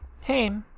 hey